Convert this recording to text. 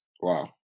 Wow